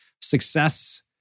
success